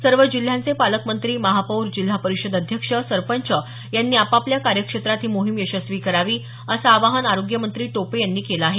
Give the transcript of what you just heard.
सर्व जिल्ह्यांचे पालकमंत्री महापौर जिल्हा परिषद अध्यक्ष सरपंच यांनी आपापल्या कार्यक्षेत्रात ही मोहीम यशस्वी करावी असं आवाहन आरोग्यमंत्री टोपे यांनी केलं आहे